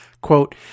Quote